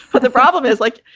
but the problem is like,